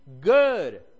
good